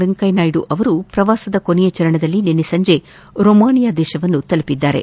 ವೆಂಕಯ್ಜನಾಯ್ಡು ಪ್ರವಾಸದ ಕೊನೆಯ ಚರಣದಲ್ಲಿ ನಿನ್ನೆ ಸಂಜೆ ರೊಮಾನಿಯಾ ತಲುಪಿದ್ದಾರೆ